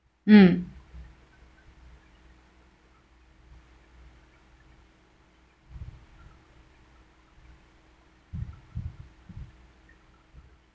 mm